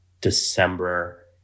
december